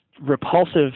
repulsive